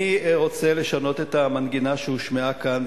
אני רוצה לשנות את המנגינה שהושמעה כאן,